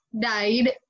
died